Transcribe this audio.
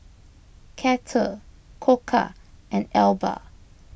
Kettle Koka and Alba